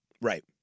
Right